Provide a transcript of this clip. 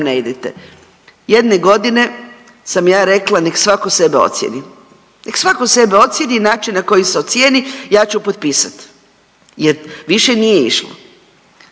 ne idete. Jedne godine sam ja rekla nek svako sebe ocjeni, nek svako sebe ocijeni i način na koji se ocijeni ja ću potpisat jer više nije išlo.